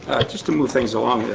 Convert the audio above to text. just to move things along.